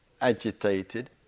agitated